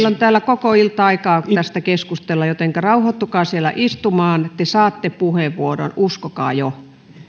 täällä koko ilta aikaa tästä keskustella jotenka rauhoittukaa siellä istumaan te saatte puheenvuoron uskokaa jo